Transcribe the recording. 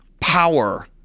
power